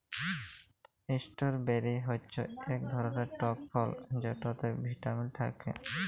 strawberry হচ্যে ইক ধরলের টক ফল যেটতে ভিটামিল থ্যাকে